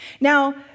Now